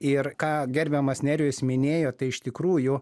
ir ką gerbiamas nerijus minėjo tai iš tikrųjų